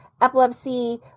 epilepsy